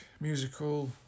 musical